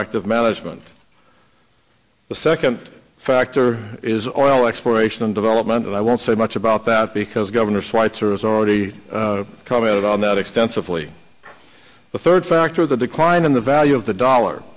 active management the second factor is all exploration and development and i won't say much about that because governor schweitzer is already commented on that extensively the third factor of the decline in the value of the dollar